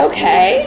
Okay